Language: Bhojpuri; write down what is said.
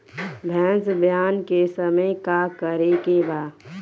भैंस ब्यान के समय का करेके बा?